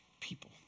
people